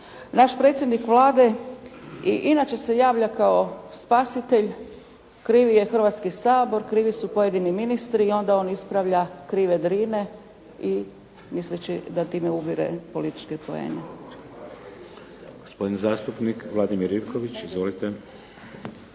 Naš predsjednik Vlade i inače se javlja kao spasitelj. Kriv je Hrvatski sabor, krivi su pojedini ministri i onda on ispravlja “krive drine“ misleći da time ubire političke poene.